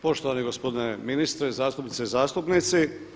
Poštovani gospodine ministre, zastupnice i zastupnici.